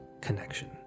connection